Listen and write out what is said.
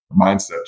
mindset